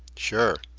sure.